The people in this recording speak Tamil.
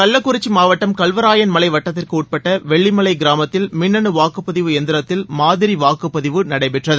கள்ளக்குறிச்சி மாவட்டம் கல்வராயன்மலை வட்டத்திற்கு உட்பட்ட வெள்ளிமலை கிராமத்தில் மின்னனு வாக்குப்பதிவு எந்திரத்தில் மாதிரி வாக்குப்பதிவு நடைபெற்றது